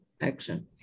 action